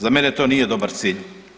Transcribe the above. Za mene to nije dobar cilj.